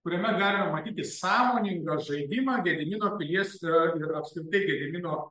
kuriame galima matyti sąmoningą žaidimą gedimino pilies ir apskritai gedimino